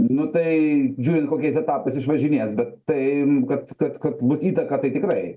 nu tai žiūrint kokiais etapais išvažinės bet tai kad kad kad bus įtaka tai tikrai